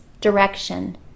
direction